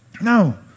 No